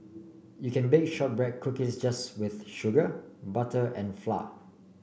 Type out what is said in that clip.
you can bake shortbread cookies just with sugar butter and flour